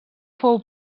fou